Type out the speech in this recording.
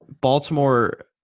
Baltimore